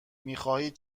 میخواهید